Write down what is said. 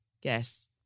guess